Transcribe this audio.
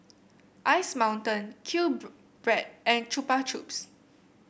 Ice Mountain Q Bread and Chupa Chups